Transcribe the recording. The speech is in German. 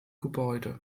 gebäude